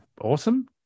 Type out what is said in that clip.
awesome